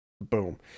boom